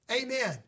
Amen